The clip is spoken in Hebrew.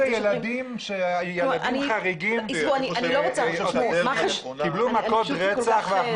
ילדים חרדים וחריגים קיבלו מכות רצח.